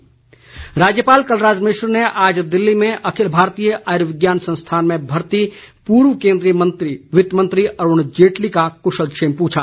राज्यपाल राज्यपाल कलराज मिश्र ने आज दिल्ली में अखिल भारतीय आयुर्विज्ञान संस्थान में भर्ती पूर्व केन्द्रीय वित्त मंत्री अरूण जेटली का कुशलक्षेम पूछा